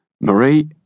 Marie